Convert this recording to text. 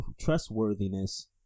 trustworthiness